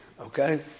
okay